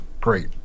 great